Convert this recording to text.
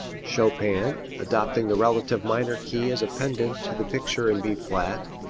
chopin, adopting the relative minor key as a pendant to the picture in b flat,